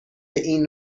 این